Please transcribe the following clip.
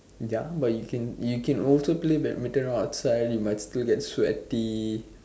ya but you you can also play badminton outside you might still get sweaty